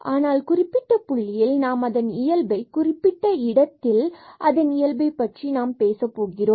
ஆனால் குறிப்பிட்ட புள்ளியில் நாம் அதன் இயல்பை குறிப்பிட்ட இடத்தில் அதன் இயல்பை பற்றி நாம் பேசப்போகிறோம்